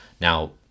Now